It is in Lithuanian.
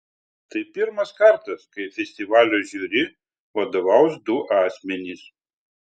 tai pirmas kartas kai festivalio žiuri vadovaus du asmenys